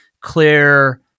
clear